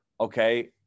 okay